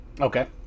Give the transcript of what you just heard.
Okay